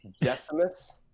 Decimus